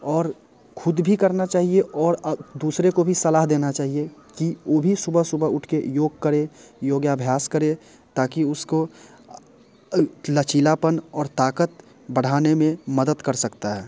और खुद भी करना चाहिए और दूसरे को भी सलाह देना चाहिए कि वो भी सुबह सुबह उठ के योग करे योगाभ्यास करे ताकि उसको लचीलापन और ताकत बढ़ाने में मदद कर सकता है